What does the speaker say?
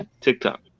TikTok